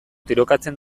tirokatzen